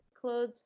clothes